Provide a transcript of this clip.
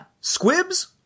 squibs